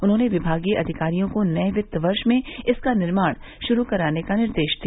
उन्होंने विभागीय अधिकारियों को नए वित्त वर्ष में इसका निर्माण शुरू कराने का निर्देश दिया